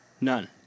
None